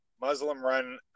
Muslim-run